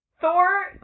Thor